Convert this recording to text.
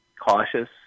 cautious